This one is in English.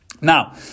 Now